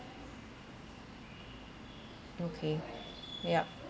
okay yup